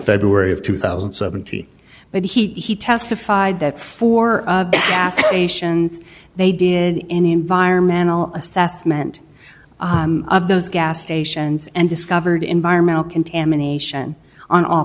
february of two thousand and seventy but he testified that for a sions they did any environmental assessment of those gas stations and discovered environmental contamination on all